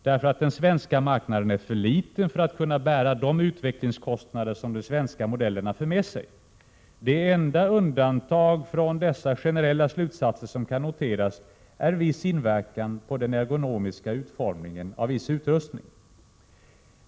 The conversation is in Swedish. Den svenska marknaden är för liten för att kunna bära de utvecklingskostnader som de svenska modellerna för med sig. Det enda undantag från dessa generella slutsatser som kan noteras är viss inverkan på den ergonomiska utformningen av viss utrustning.